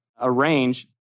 arrange